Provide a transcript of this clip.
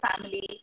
family